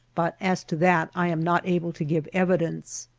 but as to that i am not able to give evi dence.